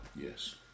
Yes